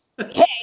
okay